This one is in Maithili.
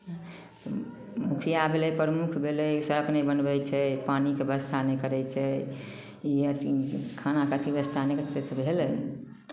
मुखिया भेलै प्रमुख भेलै सभ अपने बनबै छै पानिके व्यवस्था नहि करै छै इएह अथि खानाके अथि व्यवस्था नहि करतै से भेलै